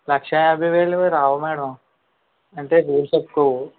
లక్షా యాభై వేలు రావు మేడం అంటే రూల్స్ ఒప్పుకోవు